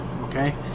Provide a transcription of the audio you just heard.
okay